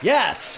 Yes